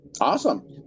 Awesome